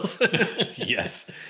Yes